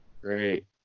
Great